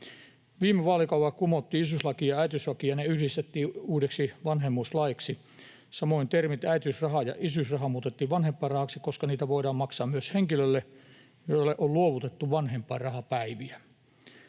Viime vaalikaudella kumottiin isyyslaki ja äitiyslaki ja ne yhdistettiin uudeksi vanhemmuuslaiksi. Samoin termit ”äitiysraha” ja ”isyysraha” muutettiin vanhempainrahaksi, koska niitä voidaan maksaa myös henkilölle, jolle on luovutettu vanhempainrahapäiviä.